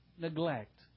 neglect